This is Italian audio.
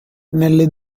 nelle